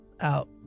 out